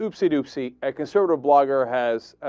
um see to see eka sort of blogger has ah.